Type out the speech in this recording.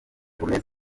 gomez